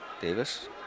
Davis